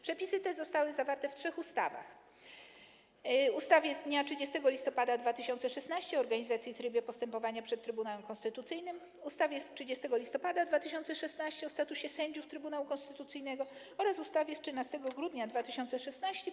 Przepisy te zostały zawarte w trzech ustawach: ustawie z dnia 30 listopada 2016 r. o organizacji i trybie postępowania przed Trybunałem Konstytucyjnym, ustawie z dnia 30 listopada 2016 r. o statusie sędziów Trybunału Konstytucyjnego oraz ustawie z dnia 13 grudnia 2016 r.